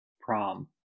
Prom